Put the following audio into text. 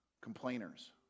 complainers